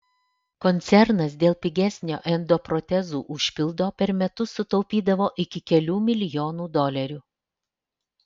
koncernas dėl pigesnio endoprotezų užpildo per metus sutaupydavo iki kelių milijonų dolerių